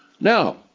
Now